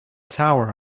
tower